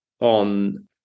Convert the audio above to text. on